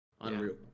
Unreal